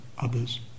others